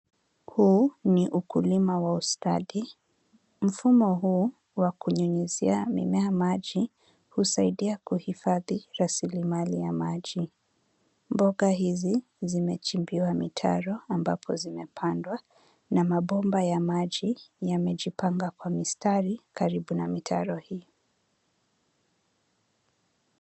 Huu ni ukulima wa ustadi. Mfumo huu wa kunyunyizia mimea maji usaidia kuhifadhi rasilimali ya maji. Mboga izi zimechimbiwa mitaro ambapo zimepandwa na mabomba ya maji yamejipanga kwa mistari karibu na mitaro hii.